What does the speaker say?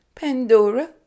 Pandora